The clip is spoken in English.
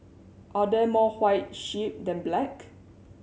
are there more white sheep than black